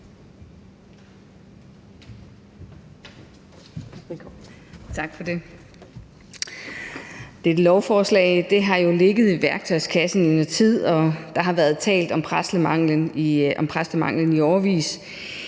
Dette lovforslag har jo ligget i værktøjskassen i noget tid, og der har været talt om præstemanglen i årevis.